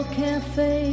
cafe